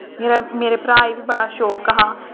मेरे मेरे भ्राऽ गी बड़ा शौक हा